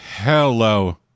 Hello